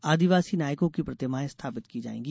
आदिवासी नायकों की प्रतिमाएं स्थापित की जायेंगी